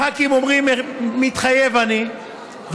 הח"כים אומרים: מתחייב אני,